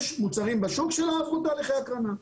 יש מוצרים בשוק שלא עברו תהליכי הקרנה.